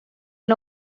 and